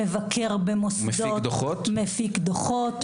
מפיק דוחות,